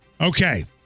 Okay